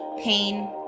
pain